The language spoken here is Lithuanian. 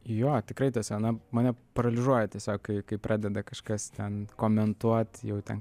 juo tikrai ta scena mane paralyžiuoja tiesiog kai kai pradeda kažkas ten komentuot jau ten